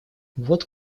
вот